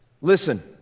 Listen